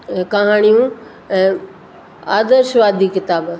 कहाणियूं ऐं आदर्शवादी किताब